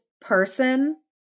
person